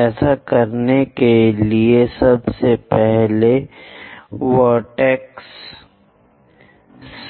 ऐसा करने के लिए सबसे पहले वर्टेक्स